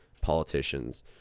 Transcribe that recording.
politicians